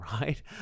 right